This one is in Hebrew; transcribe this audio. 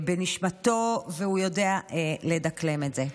בנשמתו והוא יודע לדקלם את זה.